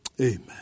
Amen